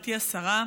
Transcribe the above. גברתי השרה,